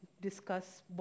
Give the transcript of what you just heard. discuss